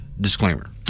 disclaimer